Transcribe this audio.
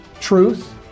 Truth